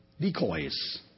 decoys